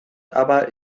aber